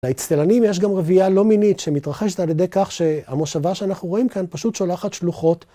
לאיצטלנים יש גם רבייה לא מינית שמתרחשת על ידי כך שהמושבה שאנחנו רואים כאן פשוט שולחת שלוחות.